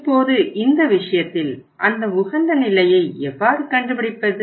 இப்போது இந்த விஷயத்தில் அந்த உகந்த நிலையை எவ்வாறு கண்டுபிடிப்பது